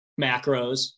macros